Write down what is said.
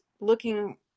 looking